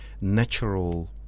natural